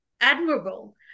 admirable